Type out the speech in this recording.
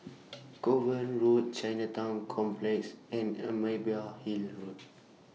Kovan Road Chinatown Complex and Imbiah Hill Road